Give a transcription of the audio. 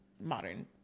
modern